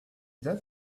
that